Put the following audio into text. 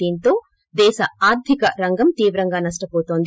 దీనితో దేశ ఆర్థిక రంగం తీవ్రంగా నష్ట పోతోంది